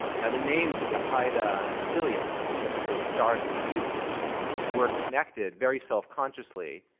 now, the names that the al qaeda affiliates typically, historically used were connected, very self-consciously,